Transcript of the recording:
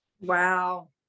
wow